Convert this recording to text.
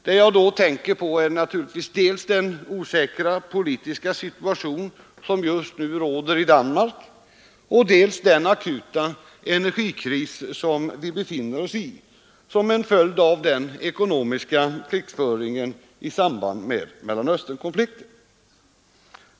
Det jag då tänker på är dels den osäkra politiska situation som just nu råder i Danmark, dels den akuta energikris vi befinner oss i som en följd av den ekonomiska krigföringen i samband med Mellersta Östern-konflikten.